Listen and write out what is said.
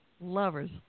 lovers